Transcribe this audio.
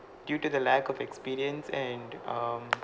due to the lack of experience and um